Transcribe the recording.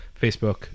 Facebook